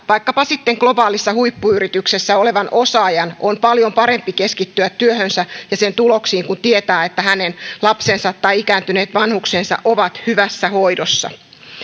vaikkapa sitten globaalissa huippuyrityksessä olevan osaajan on paljon parempi keskittyä työhönsä ja sen tuloksiin kun tietää että hänen lapsensa tai ikääntyneet vanhuksensa ovat hyvässä hoidossa